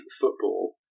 football